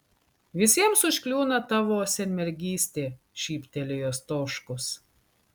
visiems užkliūna tavo senmergystė šyptelėjo stoškus